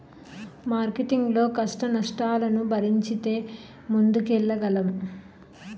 marketing లో కష్టనష్టాలను భరించితే ముందుకెళ్లగలం